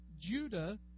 Judah